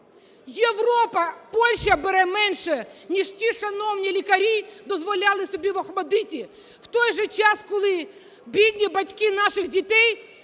Європа, Польща бере менше, ніж ці "шановні" лікарі дозволяли собі в "ОХМАТДИТі". У той же час, коли бідні батьки наших дітей